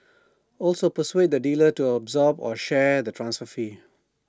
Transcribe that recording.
also persuade the dealer to absorb or share the transfer fee